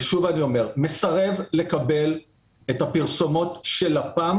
שוב אני אומר: מסרב לקבל את הפרסומות של לפ"ם